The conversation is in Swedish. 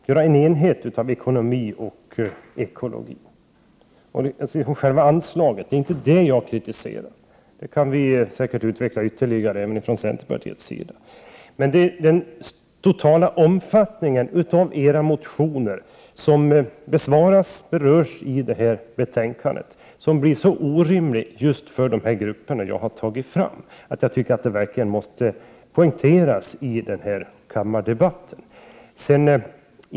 Herr talman! Visst är vi överens om att man via miljöavgifter och skatter skall försöka göra en enhet av ekonomi och ekologi. Det är inte den saken jag kritiserar. Det kan vi säkerligen utveckla ytterligare även från centerpartiets sida. Men det är den totala omfattningen av edra motioner, som berörs i detta betänkande, som blir så orimlig just för de grupper som jag har nämnt. Jag tycker att detta måste föras fram i denna kammardebatt.